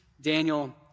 Daniel